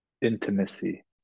intimacy